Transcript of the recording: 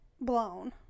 blown